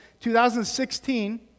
2016